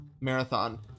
marathon